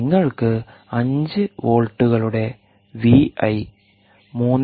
നിങ്ങൾക്ക് 5 വോൾട്ടുകളുടെ V I 3